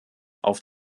auf